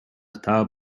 estaba